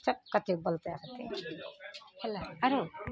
सब कते बलते हेतय होलय आरो